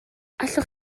allwch